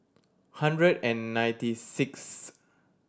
hundred and ninety sixth